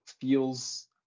feels